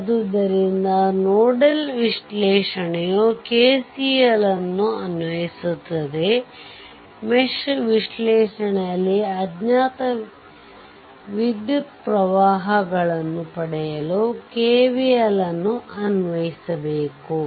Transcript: ಆದ್ದರಿಂದ ನೋಡಲ್ ವಿಶ್ಲೇಷಣೆಯು KCL ಅನ್ನು ಅನ್ವಯಿಸುತ್ತದೆ ಮೆಶ್ ವಿಶ್ಲೇಷಣೆಯಲ್ಲಿ ಅಜ್ಞಾತ ವಿದ್ಯುತ್ ಪ್ರವಾಹಗಳನ್ನು ಪಡೆಯಲು KVLನ್ನು ಅನ್ವಯಿಸಬೇಕು